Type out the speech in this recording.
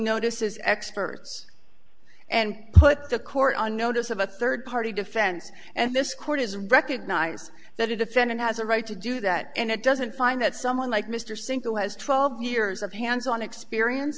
notices experts and put the court on notice of a third party defense and this court is recognize that a defendant has a right to do that and it doesn't find that someone like mr cinco has twelve years of hands on experience